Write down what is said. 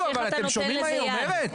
תגידו, אתם שומעים מה היא אומרת?